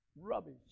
Rubbish